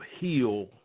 heal